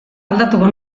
aldatuko